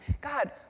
God